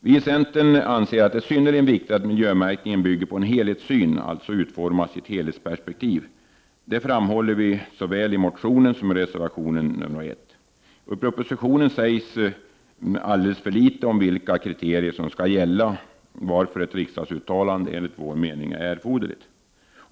Vi i centern anser att det är synnerligen viktigt att miljömärkningen bygger på en helhetssyn, alltså utformas i ett helhetsperspektiv. Detta framhåller vi såväl i motionen som i reservation 1. I propositionen sägs alldeles för litet om vilka kriterier som skall gälla, varför ett riksdagsuttalande enligt vår mening är erforderligt.